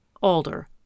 Alder